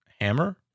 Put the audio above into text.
hammer